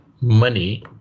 money